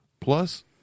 Plus